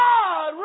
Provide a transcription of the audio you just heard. God